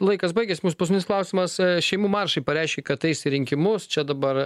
laikas baigias mūs paskutinis klausimas šeimų maršai pareiškė kad eis į rinkimus čia dabar